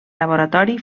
laboratori